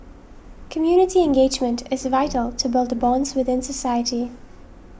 community engagement is vital to build the bonds within society